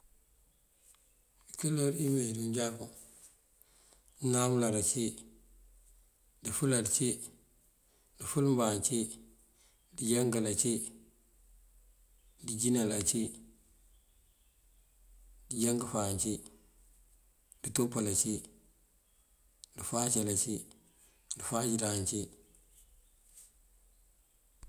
Ikuloor yi meeyi ţí manjakú: dënáam uláar ací, dëfëlal cí, dëfël mbáan cí, dëjánkal ací, dëjánkal ací, dëjínal ací, dëjánk fáan cí, dëtopal ací, dëfáacal ací, dëfáac ţáan cí.